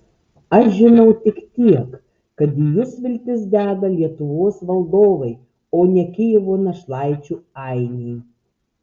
aš žinau tik tiek kad į jus viltis deda lietuvos valdovai o ne kijevo našlaičių ainiai